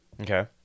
Okay